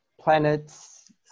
planets